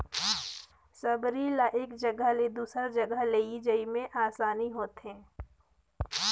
सबरी ल एक जगहा ले दूसर जगहा लेइजे मे असानी होथे